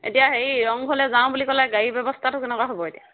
এতিয়া হেৰি ৰংঘৰলৈ যাওঁ বুলি ক'লে গাড়ী ব্যৱস্থাটো কেনেকুৱা হ'ব এতিয়া